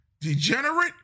degenerate